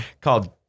Called